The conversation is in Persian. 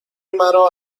مرا